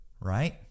Right